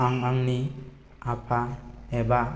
आं आंनि आफा एबा